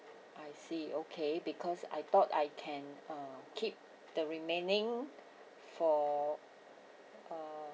I see okay because I thought I can uh keep the remaining for uh